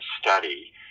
study